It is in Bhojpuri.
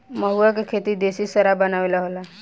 महुवा के खेती देशी शराब बनावे ला होला